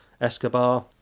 Escobar